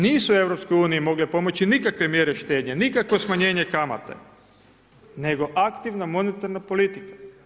Nisu EU mogle pomoći nikakve mjere štednje, nikakvo smanjenje kamata, nego aktivna monetarna politika.